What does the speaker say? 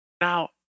Now